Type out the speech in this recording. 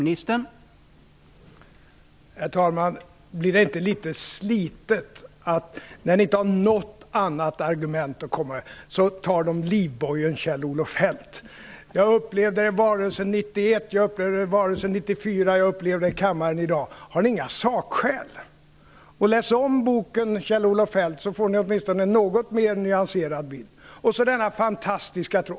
Herr talman! Det här känns litet slitet. När ni inte har något annat argument att komma med, så använder ni Kjell-Olof Feldt som livboj. Jag upplevde valrörelsen 1991, valrörelsen 1994 och jag har upplevt det i kammaren i dag. Har ni inga sakskäl? Läs om boken av Kjell-Olof Feldt så får ni kanske en något mer nyanserad bild. Och sedan denna fantastiska tro!